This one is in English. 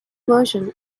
version